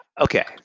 okay